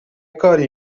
کاری